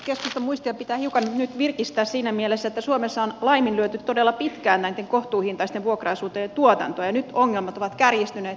keskustan muistia pitää hiukan nyt virkistää siinä mielessä että suomessa on laiminlyöty todella pitkään näitten kohtuuhintaisten vuokra asuntojen tuotantoa ja nyt ongelmat ovat kärjistyneet